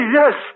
yes